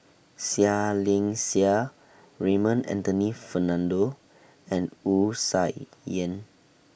Seah Liang Seah Raymond Anthony Fernando and Wu Tsai Yen